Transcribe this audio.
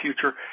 future